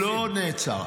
לא נעצר.